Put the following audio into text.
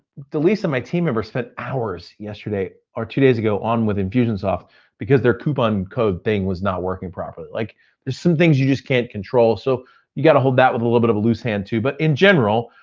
delisa, my team member spent hours yesterday, or two days ago on with infusionsoft because their coupon code thing was not working properly. like there's some things you just can't control so you gotta hold that with a little bit of loose hand too but in general,